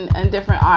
and different authors.